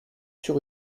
sur